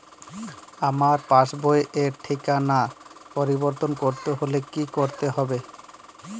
আমার পাসবই র ঠিকানা পরিবর্তন করতে হলে কী করতে হবে?